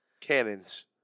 Cannons